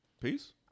Peace